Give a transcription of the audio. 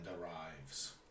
arrives